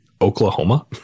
Oklahoma